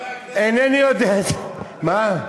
אינני יודע חבר הכנסת, מה?